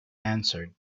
answered